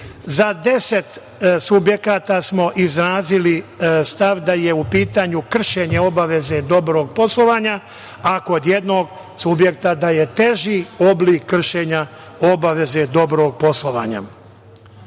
Za 10 subjekata smo izrazili stav da je u pitanju kršenje obaveze dobrog poslovanja, a kod jednog subjekta da je teži oblik kršenja obaveze dobrog poslovanja. Sada,